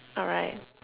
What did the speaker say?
alright